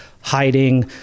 hiding